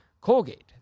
Colgate